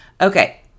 Okay